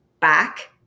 back